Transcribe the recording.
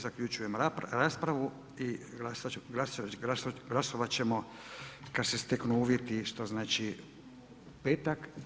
Zaključujem raspravu i glasat ćemo kada se steknu uvjeti, što znači petak.